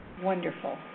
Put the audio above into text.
Wonderful